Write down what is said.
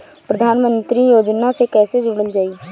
प्रधानमंत्री योजना से कैसे जुड़ल जाइ?